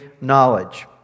knowledge